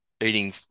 eating